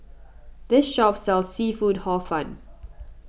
this shop sells Seafood Hor Fun